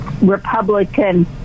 Republican